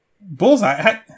Bullseye